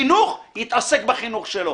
חינוך יתעסק בחינוך שלו.